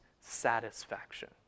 satisfaction